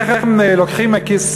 איך הם לוקחים מהכיס,